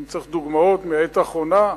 ואם צריך דוגמאות מהעת האחרונה,